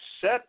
set